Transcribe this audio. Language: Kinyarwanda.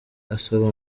asaba